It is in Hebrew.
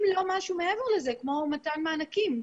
אם לא משהו מעבר לזה, כמו למשל מתן מענקים.